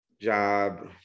job